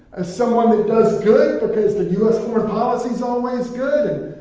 as someone that does good, because the u s. foreign policy's always good,